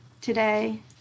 today